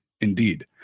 indeed